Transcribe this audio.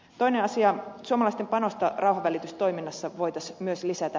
toinen asia suomalaisten panosta rauhanvälitystoiminnassa voitaisiin myös lisätä